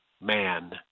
man